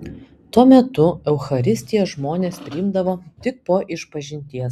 tuo metu eucharistiją žmonės priimdavo tik po išpažinties